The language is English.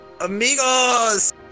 Amigos